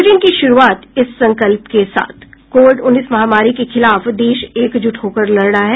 bulletin की शुरूआत इस संकल्प के साथ कोविड उन्नीस महामारी के खिलाफ देश एकजुट होकर लड़ रहा है